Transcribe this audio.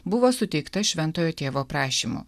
buvo suteikta šventojo tėvo prašymu